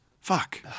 Fuck